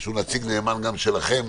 שהוא נציג נאמן גם שלכם